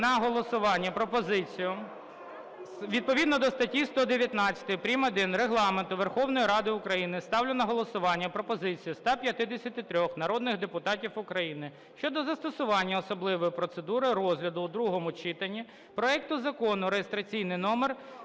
на голосування пропозицію. Відповідно до статті 119 прим.1 Регламенту Верховної Ради України ставлю на голосування пропозицію 153 народних депутатів України щодо застосування особливої процедури розгляду у другому читанні проекту Закону (реєстраційний номер